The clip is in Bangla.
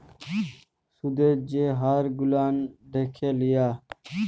সুদের যে হার সেগুলান দ্যাখে লিয়া